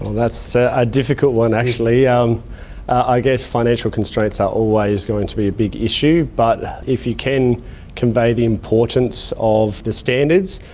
that's a difficult one actually. actually. um i guess financial constraints are always going to be a big issue, but if you can convey the importance of the standards,